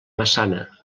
massana